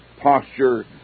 posture